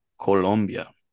Colombia